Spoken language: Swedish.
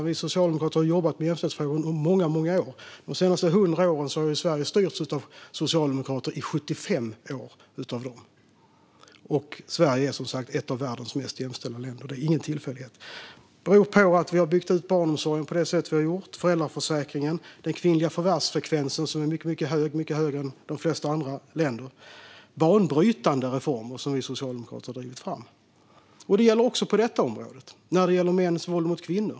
Vi socialdemokrater har jobbat med jämställdhetsfrågor under många år. De senaste 100 åren har Sverige styrts av socialdemokrater i 75 år. Sverige är ett av världens mest jämställda länder. Det är ingen tillfällighet. Det beror på att vi har byggt ut barnomsorgen på det sätt vi har gjort och föräldraförsäkringen. Den kvinnliga förvärvsfrekvensen mycket högre än i de flesta andra länder. Det är banbrytande reformer som vi socialdemokrater drivit fram. Det gäller också på detta område om mäns våld mot kvinnor.